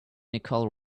nicole